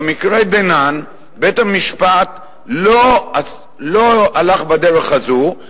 במקרה דנן, בית-המשפט לא הלך בדרך הזו.